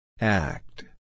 Act